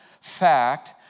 Fact